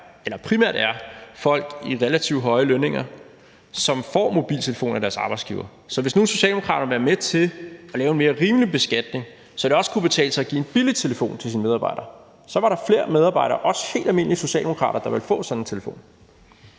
netop primært er folk med relativt høje lønninger, som får mobiltelefoner af deres arbejdsgiver. Så hvis nu Socialdemokraterne vil være med til at lave en mere rimelig beskatning, så det også kunne betale sig at give en billig telefon til sine medarbejdere, så var der flere medarbejdere, også helt almindelige socialdemokrater, der ville få sådan en telefon.